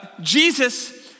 Jesus